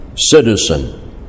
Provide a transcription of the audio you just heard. citizen